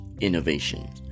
innovation